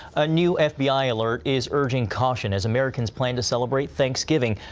a new f b i. alert is urging caution as americans plan to celebrate thanksgiving,